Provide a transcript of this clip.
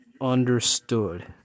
understood